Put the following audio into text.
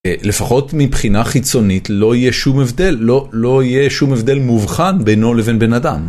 לפחות מבחינה חיצונית לא יהיה שום הבדל, לא יהיה שום הבדל מובחן בינו לבין בן אדם.